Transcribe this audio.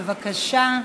בבקשה,